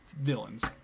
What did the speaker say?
villains